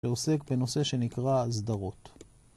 ‫ועוסק בנושא שנקרא הסדרות.